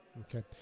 Okay